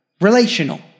relational